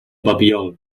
papiol